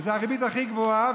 וזאת הריבית הכי גבוהה.